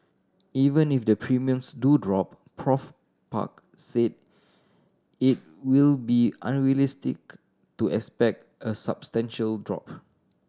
even if the premiums do drop Prof Park said it will be unrealistic to expect a substantial drop